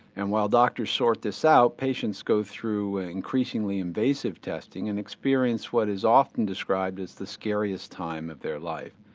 and while doctors sort this out patients go through an ah increasingly invasive testing and experience what is often described as the scariest time of their life.